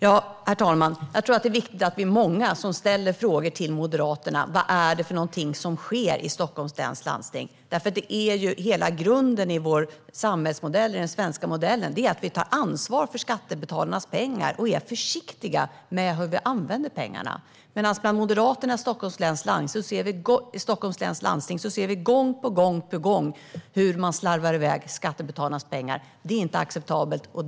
Herr talman! Jag tror att det är viktigt att vi är många som ställer frågor till Moderaterna om vad det är som sker i Stockholms läns landsting. Hela grunden för den svenska modellen är att vi tar ansvar för skattebetalarnas pengar och är försiktiga med hur vi använder pengarna, medan vi ser hur Moderaterna i Stockholms läns landsting gång på gång slarvar iväg skattebetalarnas pengar. Det är inte acceptabelt.